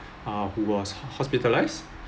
ah who was hospitalised